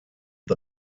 the